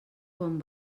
bon